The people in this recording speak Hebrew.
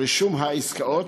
רישום העסקאות,